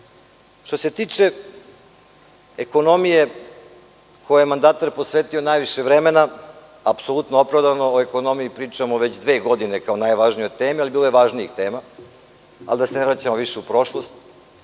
se tiče ekonomije kojoj je mandatar posvetio najviše vremena, apsolutno opravdano, o ekonomiji pričamo već dve godine kao o najvažnijoj temi, a bilo je važnijih tema, ali da se ne vraćamo više u prošlost,